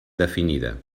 definida